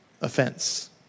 offense